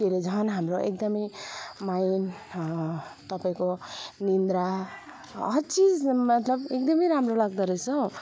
त्यसले झन् हाम्रो एकदमै माइन्ड तपाईँको निद्रा हरचिज मतलब एकदमै राम्रो लाग्दा रहेछ हो